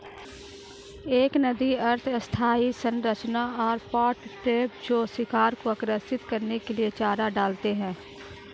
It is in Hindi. एक नदी अर्ध स्थायी संरचना और पॉट ट्रैप जो शिकार को आकर्षित करने के लिए चारा डालते हैं